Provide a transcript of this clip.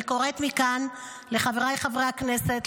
אני קוראת מכאן לחבריי חברי הכנסת,